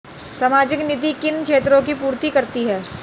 सामाजिक नीति किन क्षेत्रों की पूर्ति करती है?